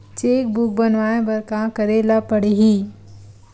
Cheque book बनवाय बर का करे ल पड़हि?